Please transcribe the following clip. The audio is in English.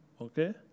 Okay